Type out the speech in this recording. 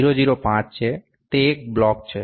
005 છે તે એક બ્લોક છે